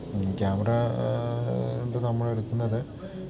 camera കൊണ്ട് നമ്മളെടുക്കുന്നത്